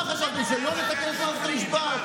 מה חשבתם, שלא נתקן את מערכת המשפט?